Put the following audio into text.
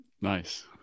Nice